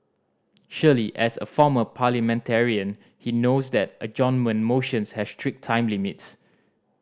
surely as a former parliamentarian he knows that adjournment motions have strict time limits